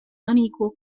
unequal